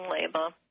label